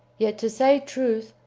yet to say truth,